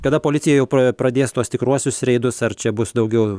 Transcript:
kada policija jau pra pradės tuos tikruosius reidus ar čia bus daugiau